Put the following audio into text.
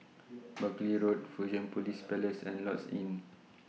Buckley Road Fusionopolis Place and Lloyds Inn